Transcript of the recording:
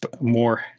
more